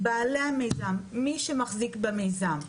בעלי המיזם, מי שמחזיק במיזם.